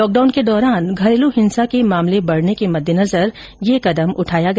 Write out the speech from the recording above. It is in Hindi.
लॉकडाउन के दौरान घरेलू हिंसा के मामले बढने के मद्देनजर आज यह कदम उठाया गया